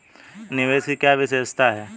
निवेश की क्या विशेषता है?